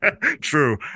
True